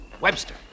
Webster